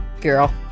girl